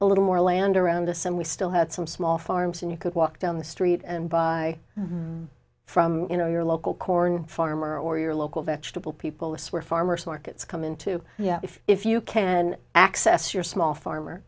a little more land around us and we still had some small farms and you could walk down the street and buy from you know your local corn farmer or your local vegetable people this were farmers markets come into yeah if you can access your small farmer